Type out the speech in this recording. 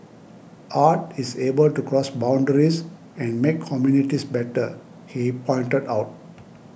art is able to cross boundaries and make communities better he pointed out